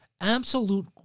absolute